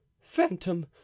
phantom